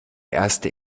erste